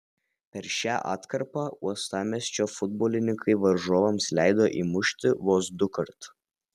per šią atkarpą uostamiesčio futbolininkai varžovams leido įmušti vos dukart